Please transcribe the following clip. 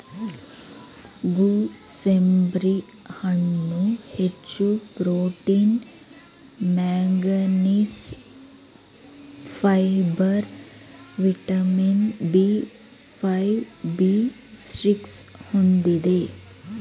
gooseberry ಹಣ್ಣು ಹೆಚ್ಚು protein manganese, fibre vitamin B five, B six ಹೊಂದಿದೆ